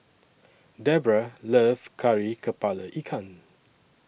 Debroah loves Kari Kepala Ikan